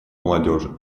молодежи